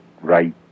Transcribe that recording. right